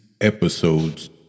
episodes